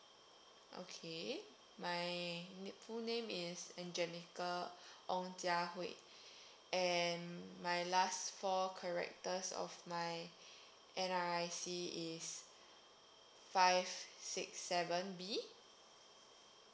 okay my full name is angelica ong jia hui and my last four characters of my N_R_I_C is five six seven B